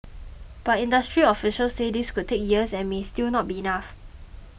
but industry officials say this could take years and may still not be enough